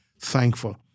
thankful